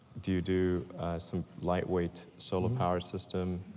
do you do some lightweight solar power system?